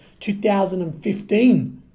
2015